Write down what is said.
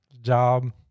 job